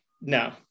No